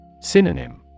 Synonym